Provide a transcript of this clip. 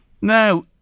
Now